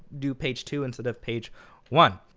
do page two instead of page one.